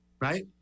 Right